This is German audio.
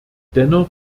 dennoch